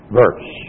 verse